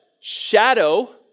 Shadow